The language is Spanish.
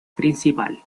principal